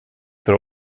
för